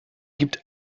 gibt